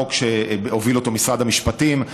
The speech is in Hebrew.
חוק שהוביל משרד המשפטים.